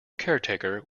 caretaker